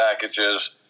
packages